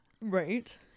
Right